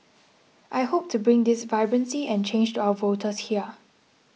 I hope to bring this vibrancy and change to our voters here